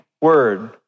word